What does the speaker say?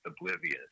oblivious